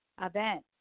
event